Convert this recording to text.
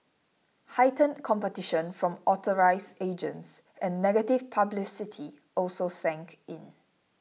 heightened competition from authorised agents and negative publicity also sank in